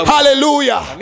Hallelujah